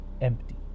Empty